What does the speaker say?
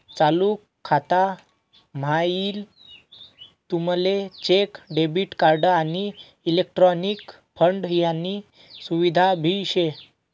चालू खाता म्हाईन तुमले चेक, डेबिट कार्ड, आणि इलेक्ट्रॉनिक फंड यानी सुविधा भी शे